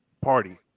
party